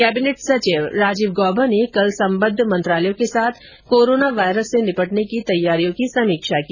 cabinet सचिव राजीव गॉबा ने कल संबद्ध मंत्रालयों के साथ कोरोना वायरस से निपटने ेकी तैयारियों की समीक्षा की